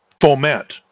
foment